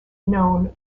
known